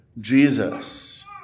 Jesus